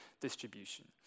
distribution